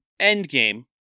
Endgame